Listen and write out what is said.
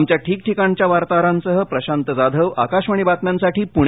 आमच्या ठिकठिकाणच्या वार्ताहरांसह प्रशांत जाधव आकाशवाणी बातम्यांसाठी पूणे